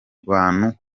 bantu